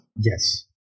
Yes